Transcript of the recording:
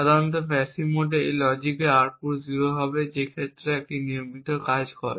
সাধারণত প্যাসিভ মোডে বা এই লজিকের আউটপুট 0 হবে যে ক্ষেত্রে এটি নিয়মিত হিসাবে কাজ করে